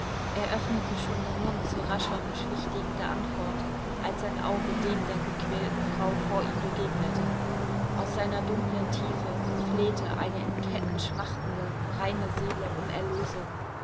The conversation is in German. öffnete schon den mund zu rascher beschwichtigender antwort als sein auge dem der gequälten frau vor ihm begegnete aus seiner dunklen tiefe flehte eine in ketten schmachtende reine seele um erlösung